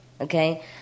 okay